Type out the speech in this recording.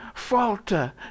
falter